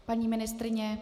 Paní ministryně?